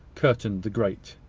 curtained the grate.